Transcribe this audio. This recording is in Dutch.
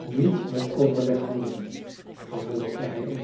niet met overleg handelen vervolgde hij